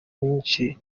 myinshi